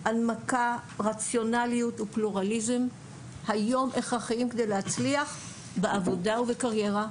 הנמקה רציונליות ופלורליזם היום הכרחיים כדי להצליח בעבודה ובקריירה.